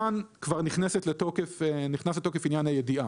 כאן כבר נכנס לתוקף עניין הידיעה.